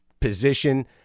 position